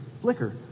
flicker